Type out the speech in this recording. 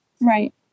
right